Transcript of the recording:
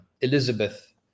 Elizabeth